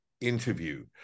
interview